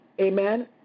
Amen